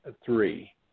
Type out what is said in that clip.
three